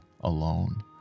alone